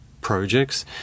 projects